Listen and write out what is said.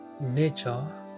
nature